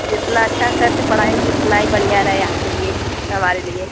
जितना अच्छा करके पढ़ाएँगी उतना ही बढ़िया रहे आपके लिए हमारे लिए